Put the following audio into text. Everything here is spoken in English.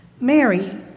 Mary